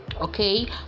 okay